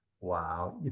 Wow